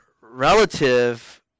relative